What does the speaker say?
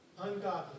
ungodly